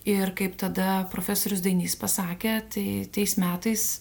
ir kaip tada profesorius dainys pasakė tai tais metais